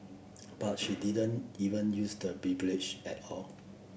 but she didn't even use the at all